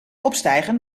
opstijgen